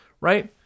Right